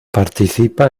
participa